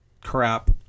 crap